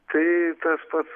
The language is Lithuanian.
tai tas pats